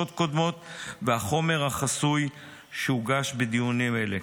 קודמות והחומר החסוי שהוגש בדיונים אלה.